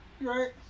Right